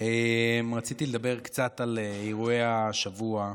רציתי לדבר קצת על אירועי השבוע.